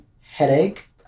headache